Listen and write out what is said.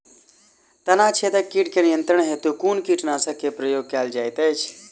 तना छेदक कीट केँ नियंत्रण हेतु कुन कीटनासक केँ प्रयोग कैल जाइत अछि?